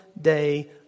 day